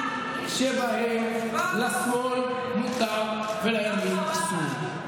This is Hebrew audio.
מתי בפעם האחרונה היית בסופר?